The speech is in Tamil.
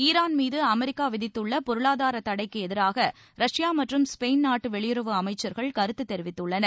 ஈரான் மீது அமெரிக்கா விதித்துள்ள பொருளாதார தடைக்கு எதிராக ரஷ்யா மற்றும் ஸ்பெயின் நாட்டு வெளியுறவு அமைச்சர்கள் கருத்து தெரிவித்துள்ளனர்